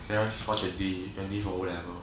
I fortunately twenty for O level